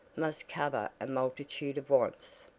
must cover a multitude of wants.